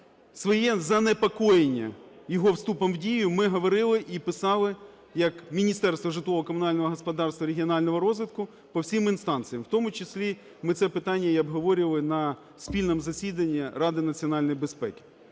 Своє занепокоєння його вступом у дію ми говорили і писали як Міністерство житлово-комунального господарства, регіонального розвитку по всіх інстанціях. У тому числі ми це питання і обговорювали на спільному засіданні Ради національної безпеки.